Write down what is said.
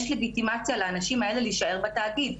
יש לגיטימציה לאנשים האלה להישאר בתאגיד.